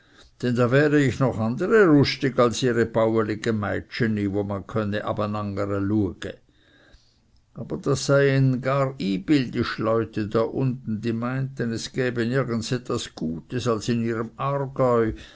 da wäre ich doch andere rustig als ihre bauelige meitscheni wo man könne abenangereluege aber das seien gar ynbildisch leut da unten die meinten es gäbe nirgend etwas gutes als in ihrem